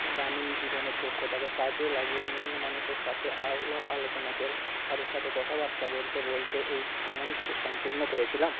গ্রামীণ জীবনের দক্ষতাকে কাজে লাগিয়ে অন্যান্য মানুষের সাথে আলাপ আলোচনা করে তাদের সাথে কথাবার্তা বলতে বলতে এই ভ্রমণ সম্পূর্ণ করেছিলাম